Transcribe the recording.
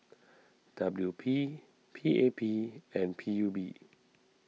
W P P A P and P U B